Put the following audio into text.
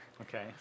Okay